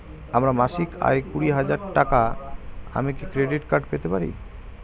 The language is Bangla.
আমার মাসিক আয় কুড়ি হাজার টাকা আমি কি ক্রেডিট কার্ড পেতে পারি?